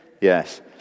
Yes